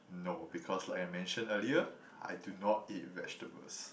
no because like I mention earlier I do not eat vegetables